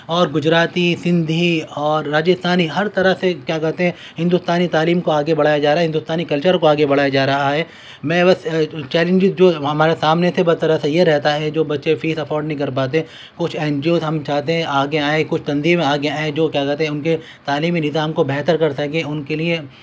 اور گجراتی سندھی اور راجستھانی ہر طرح سے کیا کہتے ہیں ہندوستانی تعلیم کو آگے بڑھایا جا رہا ہے ہندوستانی کلچر کو آگے بڑھایا جا رہا ہے میں بس چیلنجز جو ہمارے سامنے تھے بس ذرا سا یہ رہتا ہے جو بچے فیس افوڈ نہیں کر پاتے کچھ این جی اوز ہم چاہتے ہیں آگے آئیں کچھ تنظیم آگے آئیں جو کیا کہتے ہیں ان کے تعلیمی نظام کو بہتر کر سکیں ان کے لیے